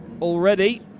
already